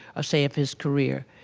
ah say, of his career,